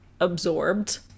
absorbed